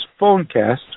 phonecast